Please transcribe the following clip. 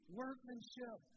workmanship